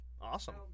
Awesome